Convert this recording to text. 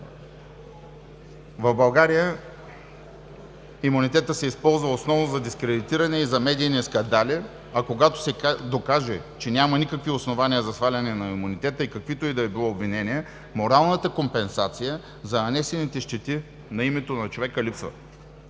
В България имунитетът се използва основно за дискредитиране и за медийни скандали, а когато се докаже, че няма никакви основания за сваляне на имунитета и каквито и да било обвинения, моралната компенсация за нанесените щети на името на човека липсва.